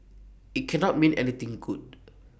IT cannot mean anything good